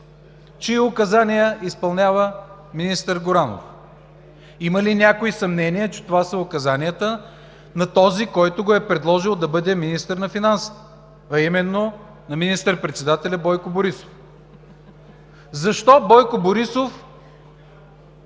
Чии указания изпълнява министър Горанов? Има ли някой съмнение, че това са указанията на този, който го е предложил да бъде министър на финансите, а именно на министър-председателя Бойко Борисов? Защо Бойко Борисов